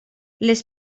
les